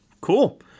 Cool